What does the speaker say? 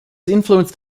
influenced